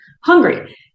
hungry